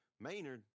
Maynard